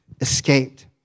escaped